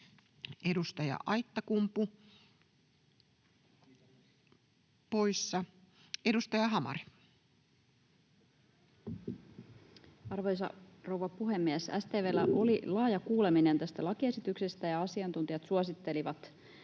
Edustaja Aittakumpu, poissa. — Edustaja Hamari. Arvoisa rouva puhemies! StV:llä oli laaja kuuleminen tästä lakiesityksestä, ja asiantuntijat suosittelivat